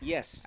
Yes